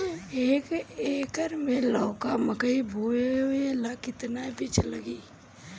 एक एकर मे लौका मकई बोवे ला कितना बिज लागी?